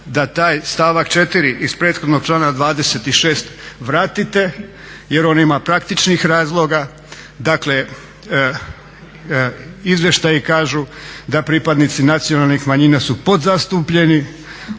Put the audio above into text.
da taj stavak 4.iz prethodnog članka 26.vratite jer on ima praktičnih razloga, dakle izvještaji kažu da pripadnici nacionalnih manjina su podzastupljeni